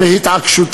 למקווה?